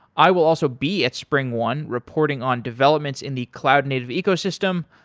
i will also be at springone reporting on developments in the cloud native ecosystem.